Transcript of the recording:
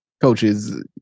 coaches